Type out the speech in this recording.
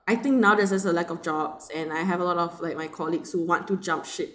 I think now there's there's a lack of jobs and I have a lot of like my colleagues who want to jump ship